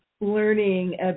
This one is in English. learning